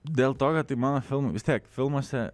dėl to kad tai mano filmai vis tiek filmuose